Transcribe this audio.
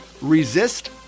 resist